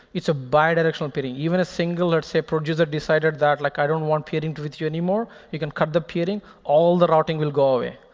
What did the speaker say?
it's a bidirectional peering. even a singular, say, a producer decided that, like, i don't want peering with you anymore, you can cut the peering. all the routing will go away.